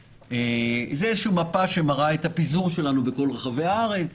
זו מפה שמראה את הפיזור שלנו בכל רחבי הארץ.